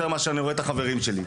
החברים שלי.